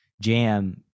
jam